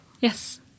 Yes